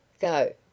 go